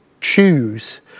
choose